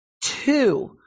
two